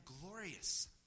glorious